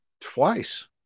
twice